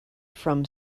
from